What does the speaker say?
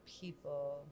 people